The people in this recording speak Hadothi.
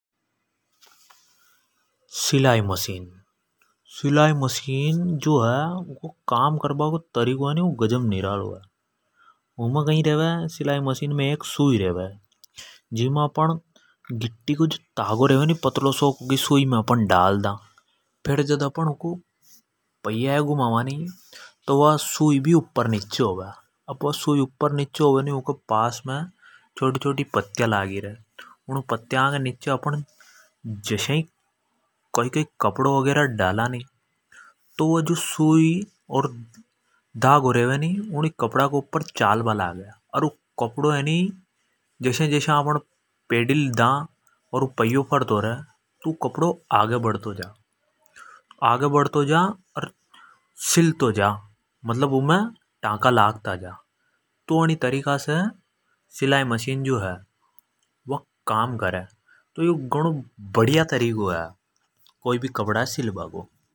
सीलाई मशीन जो है ऊँको काम करबा को तरीको गजब निरालो है। सीलाई मशीन मे एक सुई रेवे जिमे अपण गिट्टी को तागो रेवे नी पत्लो सोक उणी सुई मे अपण डाल दा। फेर् जद अपण ऊँका पैया ये घुमावा तो वा सुई उपर नीचे होवे। उके पास मे छोटी छोटी पत्या लागि रे। उन पत्या के नीचे अपण जसा ही कई कपडो डाला नी तो वु जो सुई अर धागो रेवे नी वु कपडा के ऊपर चालबा लाग जा। और कपडो आगे बढ़ जा। अर सिल तो जा अणी तरीका से सीलाई मशीन काम करे।